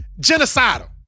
genocidal